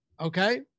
Okay